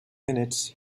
minutes